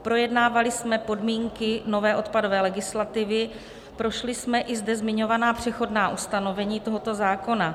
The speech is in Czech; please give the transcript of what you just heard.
Projednávali jsme podmínky nové odpadové legislativy, prošli jsme i zde zmiňovaná přechodná ustanovení tohoto zákona.